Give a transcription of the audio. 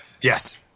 Yes